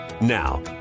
Now